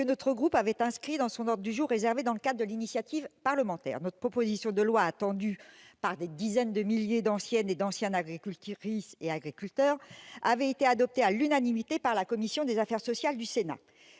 dont notre groupe avait demandé l'inscription à l'ordre du jour qui lui est réservé dans le cadre de l'initiative parlementaire. Notre proposition de loi, attendue par des dizaines de milliers d'anciennes agricultrices et d'anciens agriculteurs, avait été adoptée à l'unanimité par la commission des affaires sociales du Sénat.